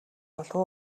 болов